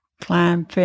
climb